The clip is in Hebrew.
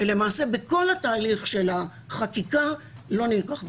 שבכל התהליך של החקיקה לא נלקח בחשבון.